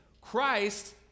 Christ